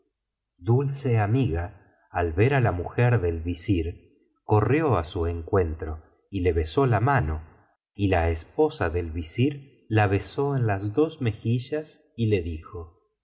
alínur dulce amiga al ver á la mujer del visir corrió á sp encuentro y le besó la mano y la esposa del visir la besó en las dos mejillas y le dijo